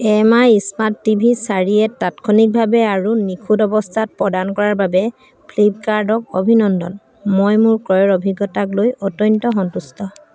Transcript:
M I smart TV চাৰি এ তাৎক্ষণিকভাৱে আৰু নিখুঁত অৱস্থাত প্ৰদান কৰাৰ বাবে ফ্লিপ্পকাৰ্টক অভিনন্দন মই মোৰ ক্ৰয়ৰ অভিজ্ঞতাক লৈ অত্যন্ত সন্তুষ্ট